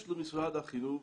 יש למשרד החינוך